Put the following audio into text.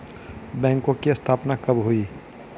बैंकों की स्थापना कब हुई?